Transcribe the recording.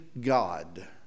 God